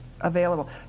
available